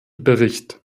bericht